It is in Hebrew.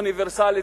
אוניברסלית,